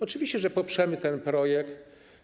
Oczywiście, że poprzemy ten projekt.